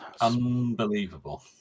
Unbelievable